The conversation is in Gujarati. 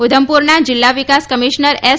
ઉધમપુરના જિલ્લા વિકાસ કમિશનર એસ